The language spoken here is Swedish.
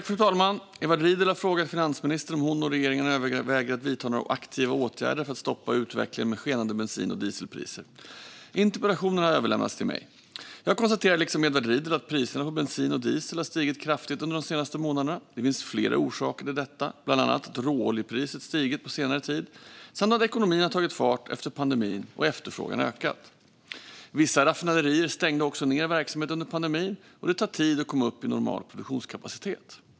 Fru talman! Edward Riedl har frågat finansministern om hon och regeringen övervägt att vidta några aktiva åtgärder för att stoppa utvecklingen med skenande bensin och dieselpriser. Interpellationen har överlämnats till mig. Jag konstaterar liksom Edward Riedl att priserna på bensin och diesel har stigit kraftigt under de senaste månaderna. Det finns flera orsaker till detta, bland annat att råoljepriset stigit på senare tid samt att ekonomin tagit fart efter pandemin och efterfrågan ökat. Vissa raffinaderier stängde också ned verksamhet under pandemin, och det tar tid att komma upp i normal produktionskapacitet.